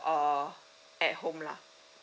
uh at home lah